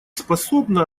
способно